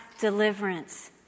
deliverance